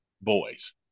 boys